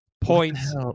points